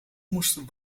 moesten